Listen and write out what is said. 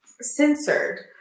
censored